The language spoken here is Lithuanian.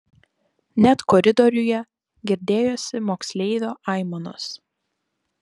net koridoriuje girdėjosi moksleivio aimanos